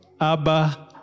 Abba